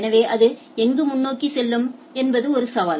எனவே அது எங்கு முன்னோக்கி செல்லும் என்பது ஒரு சவால்